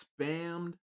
spammed